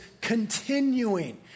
continuing